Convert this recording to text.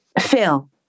Phil